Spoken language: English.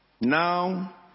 Now